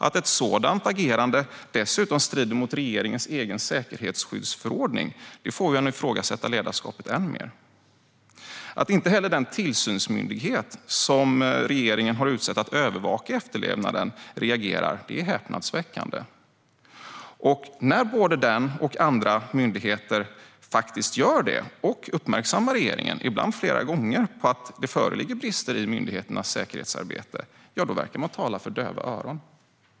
Att ett sådant agerande dessutom strider mot regeringens egen säkerhetsskyddsförordning får en att ifrågasätta ledarskapet än mer. Att inte heller den tillsynsmyndighet som regeringen har utsett att övervaka efterlevnaden reagerar är häpnadsväckande. När både den och andra myndigheter väl gör det och uppmärksammar regeringen på, ibland flera gånger, att det föreligger brister i myndigheternas säkerhetsarbete verkar de tala för döva öron.